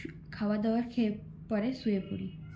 খাবারদাবার খেয়ে পরে শুয়ে পড়ি